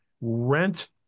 rent